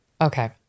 Okay